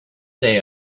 day